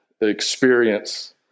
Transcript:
experience